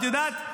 את יודעת,